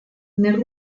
nel